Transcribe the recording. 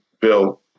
Bill